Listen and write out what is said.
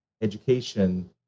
education